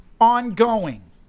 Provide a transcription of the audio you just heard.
Ongoing